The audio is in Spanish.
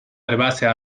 herbácea